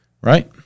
right